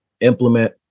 implement